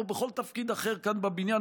ובין שהוא בכל תפקיד אחר כאן בבניין,